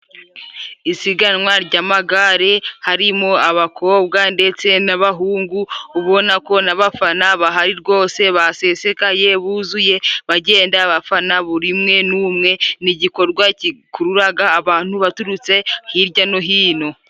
Isiganwa ry'amagare harimo abakobwa ndetse n'abahungu, ubona ko n'abafana bahari rwose basesekaye buzuye bagenda, abafana buri umwe n'umwe ni igikorwa gikururaga abantu baturutse hirya no hino.